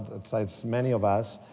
excites many of us.